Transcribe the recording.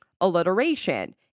alliteration